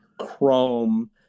chrome